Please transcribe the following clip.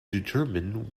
determine